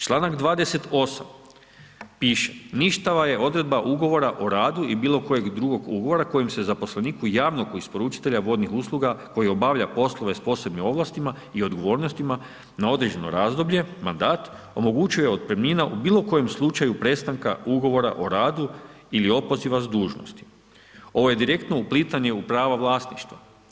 Članak 28. piše: „Ništava je odredba ugovora o radu i bilo kojeg drugog ugovora kojim se zaposleniku javnog isporučitelja vodnih usluga koji obavlja poslove s posebnim ovlastima i odgovornostima na određeno razdoblje, mandat omogućuje otpremnina u bilo kojem slučaju prestanka ugovora o radu ili opoziva s dužnosti.“ Ovo je direktno uplitanje u prava vlasništva.